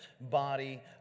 body